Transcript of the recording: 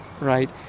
right